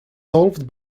solved